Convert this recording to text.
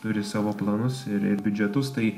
turi savo planus ir ir biudžetus tai